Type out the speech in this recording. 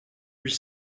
huit